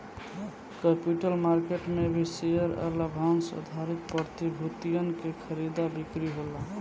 capital market में भी share आ लाभांस आधारित प्रतिभूतियन के खरीदा बिक्री होला